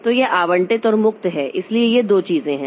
तो यह आवंटित और मुक्त है इसलिए ये दो चीजें हैं